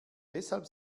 deshalb